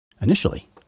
initially